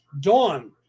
dawn